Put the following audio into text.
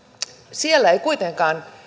siellä ei kuitenkaan